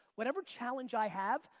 whatever challenge i have,